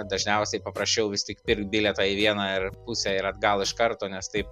dažniausiai paprasčiau vis tik pirkt bilietą į vieną pusę ir atgal iš karto nes taip